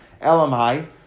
Elamai